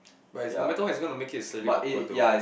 but is no matter what is gonna make it slightly awkward though